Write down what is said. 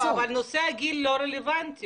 אבל נושא הגיל לא רלוונטי.